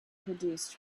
produced